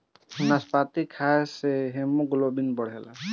नाशपाती खाए से हिमोग्लोबिन बढ़ेला